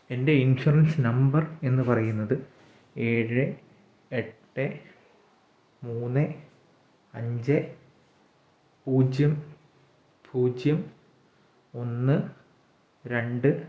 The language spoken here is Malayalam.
എൻ്റെ ഇൻഷുറൻസ് നമ്പർ എന്ന് പറയുന്നത് ഏഴ് എട്ട് മൂന്ന് അഞ്ച് പൂജ്യം പൂജ്യം ഒന്ന് രണ്ട്